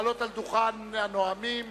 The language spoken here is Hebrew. לעלות לדוכן הנואמים